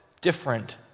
different